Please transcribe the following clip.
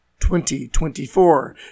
2024